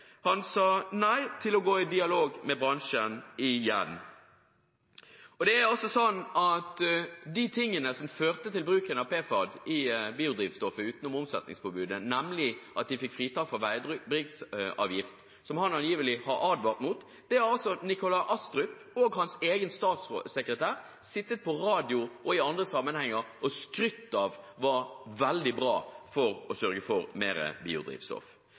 Han sa nei til å gå i dialog med bransjen igjen. Det som førte til bruken av PFAD i biodrivstoff utenom omsetningspåbudet, nemlig at man fikk fritak fra veibruksavgift, som han angivelig har advart mot, har representanten Nikolai Astrup og hans egen statssekretær i radio og i andre sammenhenger skrytt av og sagt var veldig bra for å sørge for mer biodrivstoff.